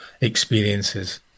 experiences